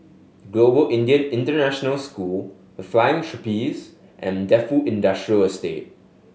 Global Indian International School The Flying Trapeze and Defu Industrial Estate